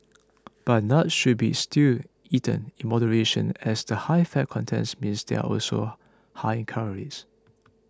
but nuts should be still eaten in moderation as the high fat content means they are also high in calories